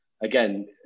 again